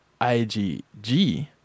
IgG